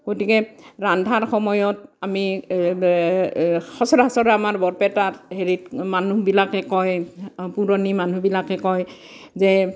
গতিকে ৰন্ধাৰ সময়ত আমি সচৰাচৰ আমাৰ বৰপেটাত হেৰিত মানুহবিলাকে কয় পুৰণি মানুহবিলাকে কয় যে